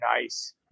nice